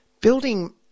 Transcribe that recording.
building